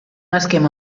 esquema